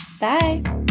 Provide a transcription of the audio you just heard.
Bye